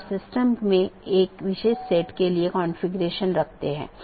गम्यता reachability की जानकारी update message द्वारा आदान प्रदान की जाती है